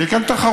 שתהיה כאן תחרות.